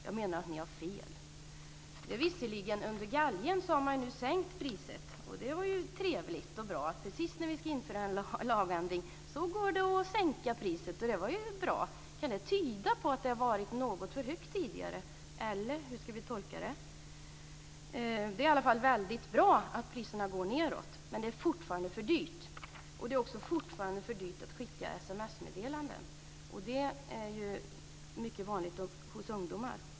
Jag menar att ni har fel. Visserligen har man nu - under galgen - sänkt priset, och det är ju trevligt. Precis när vi ska införa en lagändring går det att sänka priset. Kan det betyda att det har varit för högt tidigare? Eller hur ska vi tolka det? Det är i alla fall bra att priserna går nedåt, men det är fortfarande för dyrt. Det är också för dyrt att skicka SMS meddelanden, som är mycket vanligt bland ungdomar.